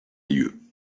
lieu